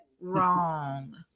wrong